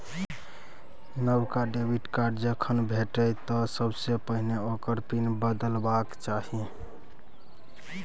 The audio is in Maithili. नबका डेबिट कार्ड जखन भेटय तँ सबसे पहिने ओकर पिन बदलबाक चाही